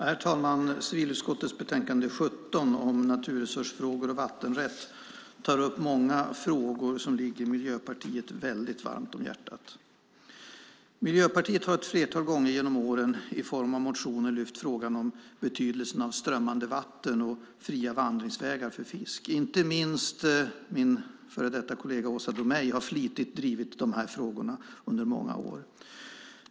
Herr talman! Civilutskottets betänkande 17 om naturresursfrågor och vattenrätt tar upp många frågor som ligger Miljöpartiet varmt om hjärtat. Miljöpartiet har ett flertal gånger genom åren i form av motioner lyft upp frågan om betydelsen av strömmande vatten och fria vandringsvägar för fisk. Inte minst min före detta kollega Åsa Domeij har flitigt drivit dessa frågor under många år.